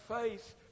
faith